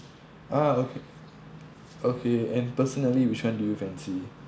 ah okay okay and personally which one do you fancy